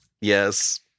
Yes